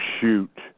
shoot